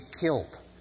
killed